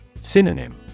Synonym